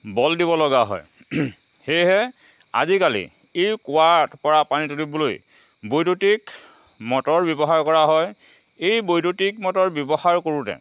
বল দিব লগা হয় সেয়েহে আজিকালি এই কুঁৱাৰ পৰা পানী তুলিবলৈ বৈদ্যুতিক মটৰ ব্যৱহাৰ কৰা হয় এই বৈদ্যুতিক মটৰ ব্যৱহাৰ কৰোঁতে